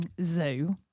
zoo